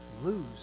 Lose